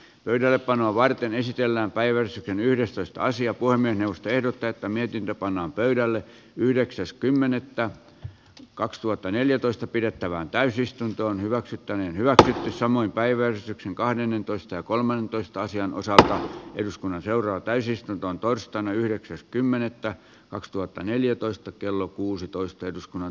pöydällepanoa varten esitellään päivä sitten yhdestoista sija kuormien ostoehdot täyttäneiden ja pannaan pöydälle yhdeksäs kymmenettä kaksituhattaneljätoista pidettävään täysistuntoon hyväksytty niin hyvät että saman päivän kahdennentoista kolmeentoista asian voi saada eduskunnan seuraa täysistuntoon torstaina yhdeksäs kymmenettä kaksituhattaneljätoista kello kuusitoista eduskunnan